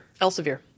Elsevier